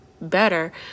better